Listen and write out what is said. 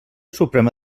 suprema